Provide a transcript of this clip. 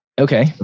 Okay